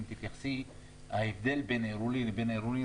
ההבדל בין עירוני לבין-עירוני,